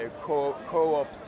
co-op